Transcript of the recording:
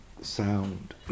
sound